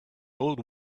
old